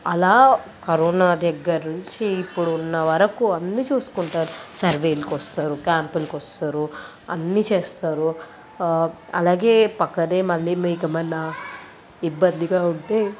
అలా కరోనా దగ్గర నుంచి ఇప్పుడున్న వరకు అన్నీ చూసుకుంటారు సర్వేలకు వస్తారు క్యాంపులకు వస్తారు అన్నీ చేస్తారు చేస్తారు అలాగే ప్రక్కనే మళ్ళీ మీకేమైనా ఇబ్బందిగా ఉంటే